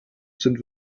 sind